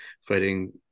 fighting